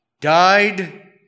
died